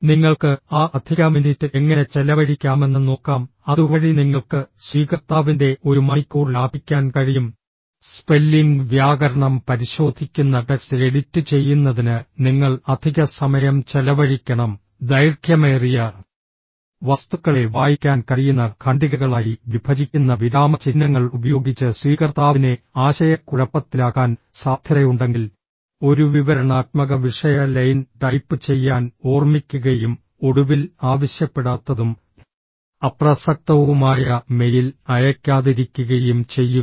നിങ്ങൾക്ക് ആ അധിക മിനിറ്റ് എങ്ങനെ ചെലവഴിക്കാമെന്ന് നോക്കാം അതുവഴി നിങ്ങൾക്ക് സ്വീകർത്താവിന്റെ ഒരു മണിക്കൂർ ലാഭിക്കാൻ കഴിയും സ്പെല്ലിംഗ് വ്യാകരണം പരിശോധിക്കുന്ന ടെക്സ്റ്റ് എഡിറ്റുചെയ്യുന്നതിന് നിങ്ങൾ അധിക സമയം ചെലവഴിക്കണം ദൈർഘ്യമേറിയ വസ്തുക്കളെ വായിക്കാൻ കഴിയുന്ന ഖണ്ഡികകളായി വിഭജിക്കുന്ന വിരാമചിഹ്നങ്ങൾ ഉപയോഗിച്ച് സ്വീകർത്താവിനെ ആശയക്കുഴപ്പത്തിലാക്കാൻ സാധ്യതയുണ്ടെങ്കിൽ ഒരു വിവരണാത്മക വിഷയ ലൈൻ ടൈപ്പ് ചെയ്യാൻ ഓർമ്മിക്കുകയും ഒടുവിൽ ആവശ്യപ്പെടാത്തതും അപ്രസക്തവുമായ മെയിൽ അയയ്ക്കാതിരിക്കുകയും ചെയ്യുക